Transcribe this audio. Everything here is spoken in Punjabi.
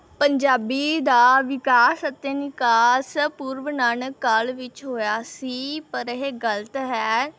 ਪੰਜਾਬੀ ਦਾ ਵਿਕਾਸ ਅਤੇ ਨਿਕਾਸ ਪੂਰਵ ਨਾਨਕ ਕਾਲ ਵਿੱਚ ਹੋਇਆ ਸੀ ਪਰ ਇਹ ਗਲਤ ਹੈ